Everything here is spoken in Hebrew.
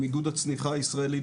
עם איגוד הצניחה הישראלי,